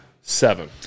seven